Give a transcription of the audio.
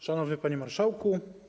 Szanowny Panie Marszałku!